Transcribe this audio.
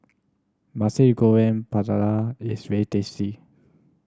Nasi Goreng Pattaya is very tasty